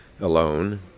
alone